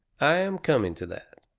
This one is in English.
i am coming to that.